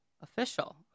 official